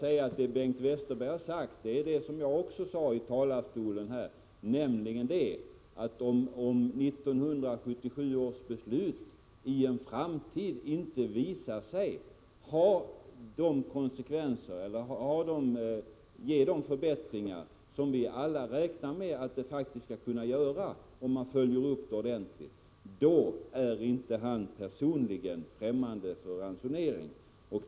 Vad Bengt Westerberg har sagt är det som jag också sade i talarstolen här, nämligen att om 1977 års beslut i en framtid visar sig inte ge de förbättringar som vi alla räknar med att det faktiskt skall kunna göra, om man följer upp det ordentligt, är det nödvändigt att tillgripa ytterligare åtgärder. I det sammanhanget har Bengt Westerberg sagt att han personligen inte är främmande för ransonering.